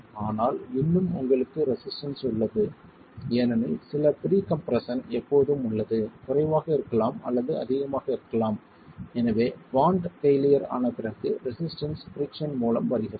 ஆனால் இன்னும் உங்களுக்கு ரெசிஸ்டன்ஸ் உள்ளது ஏனெனில் சில ப்ரீகம்ப்ரஷன் எப்போதும் உள்ளது குறைவாக இருக்கலாம் அல்லது அதிகமாக இருக்கலாம் எனவே பாண்ட் பெயிலியர் ஆன பிறகு ரெசிஸ்டன்ஸ் பிரிக்ஸன் மூலம் வருகிறது